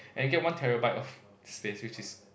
and you get one terabyte of space which is